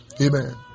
Amen